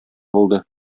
булды